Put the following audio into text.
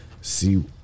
see